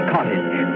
Cottage